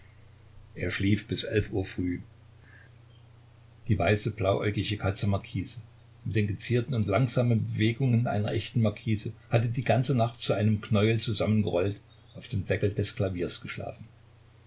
er schlief bis elf uhr früh die weiße blauäugige katze marquise mit den gezierten und langsamen bewegungen einer echten marquise hatte die ganze nacht zu einem knäuel zusammengerollt auf dem deckel des klaviers geschlafen